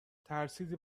ترسیدی